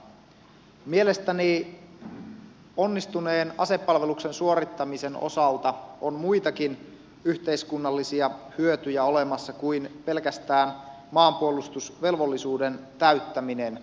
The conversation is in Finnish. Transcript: mielestäni onnistuneen asepalveluksen suorittamisen osalta on muitakin yhteiskunnallisia hyötyjä olemassa kuin pelkästään maanpuolustusvelvollisuuden täyttäminen